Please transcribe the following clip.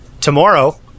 tomorrow